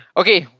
okay